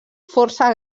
força